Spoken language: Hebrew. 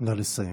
נא לסיים.